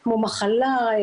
מחלה,